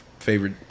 Favorite